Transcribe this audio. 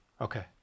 Okay